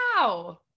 Wow